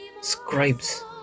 scribes